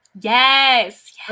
yes